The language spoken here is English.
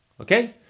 Okay